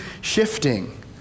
shifting